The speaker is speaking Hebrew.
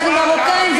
אנחנו מרוקאים,